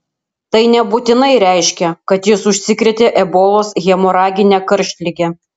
tai nebūtinai reiškia kad jis užsikrėtė ebolos hemoragine karštlige